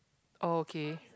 okay